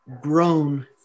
grown